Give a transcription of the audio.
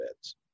beds